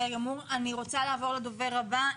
אני רוצה לעבור לדובר הבא,